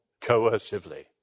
coercively